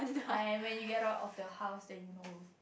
I when you get out of the house then you know